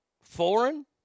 foreign